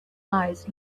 eyes